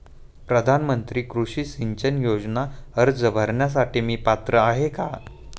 प्रधानमंत्री कृषी सिंचन योजना अर्ज भरण्यासाठी मी पात्र आहे का?